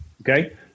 okay